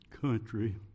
country